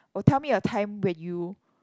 oh tell me a time when you